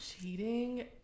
cheating